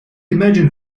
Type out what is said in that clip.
imagine